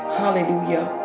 hallelujah